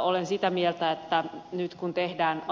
olen sitä mieltä että nyt kun tehdään